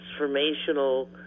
transformational